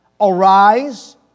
Arise